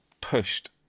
pushed